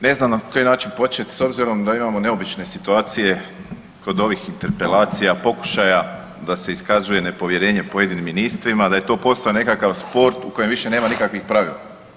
Ne znam na koji način počet s obzirom da imamo neobične situacije kod ovih interpelacija, pokušaja da se iskazuje nepovjerenje pojedinim ministrima, da je to postao nekakav sport u kojem više nema nikakvih pravila.